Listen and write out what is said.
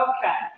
Okay